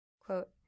Quote